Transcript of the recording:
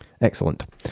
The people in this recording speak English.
Excellent